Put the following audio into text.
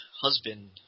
husband